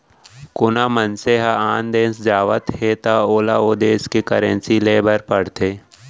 कोना मनसे ह आन देस जावत हे त ओला ओ देस के करेंसी लेय बर पड़थे